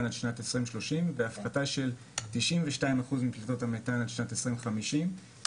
עד שנת 2030 והפחתה של 92% מפליטות המתאן עד שנת 2050 ואנחנו